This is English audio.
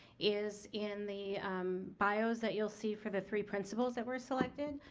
is in the bios that you'll see for the three principals that were selected,